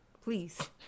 Please